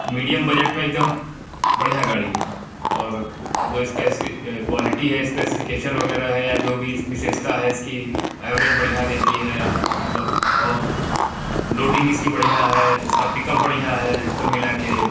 medium budget में एकदम बढ़िया गाड़ी है और जो इसका क्वालिटी है स्पेसिफिकेशन वगैरह है या जो भी विशेषता है इसकी एवरेज बढ़िया देती है मतलब और लोडिंग इसकी बढ़ियाँ है इसका पिकअप बढ़िया है कुल मिला कर